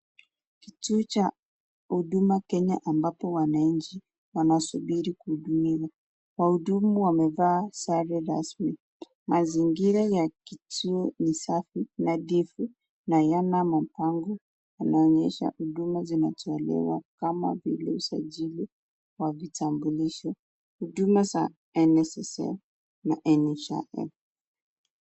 Kituo cha Huduma Kenya ambapo wananchi wanasubiri kuhudumiwa. Wahudumu wamevaa sare rasmi. Mazingira ya kituo ni safi, nadhifu na yana mabango yanaonyesha hudumu zinatolewa huku kama vile usajili wa vitambulisho, huduma za NSSF na NHIF